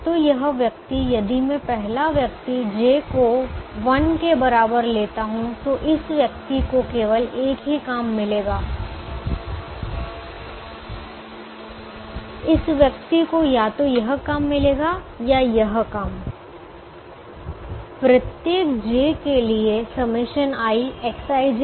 तो यह व्यक्ति यदि मैं पहला व्यक्ति j को 1 के बराबर लेता हूं तो इस व्यक्ति को केवल एक ही काम मिलेगा इस व्यक्ति को या तो यह काम मिलेगा या यह काम प्रत्येक j के लिए iXij 1